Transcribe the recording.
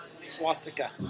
swastika